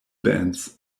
bands